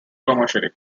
commercially